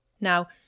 Now